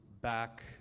back